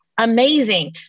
Amazing